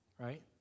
right